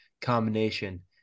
combination